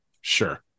sure